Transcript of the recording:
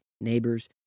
neighbors